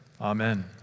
Amen